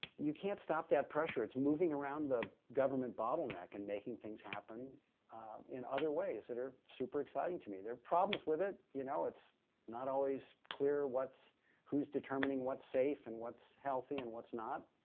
you can't stop that pressure. it's moving around the government bottleneck and making things happen in other ways that are super exciting to me. there are problems with it, you know, it's not always clear who's determining what's safe and what's healthy and what's not.